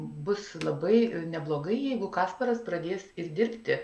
bus labai neblogai jeigu kasparas pradės ir dirbti